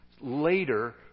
later